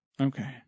Okay